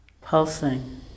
Pulsing